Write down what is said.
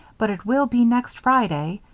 but it will be next friday.